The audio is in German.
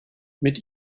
mit